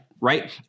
Right